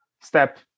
step